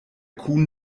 kuhn